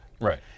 Right